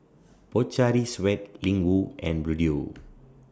Pocari Sweat Ling Wu and Bluedio